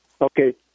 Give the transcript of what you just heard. Okay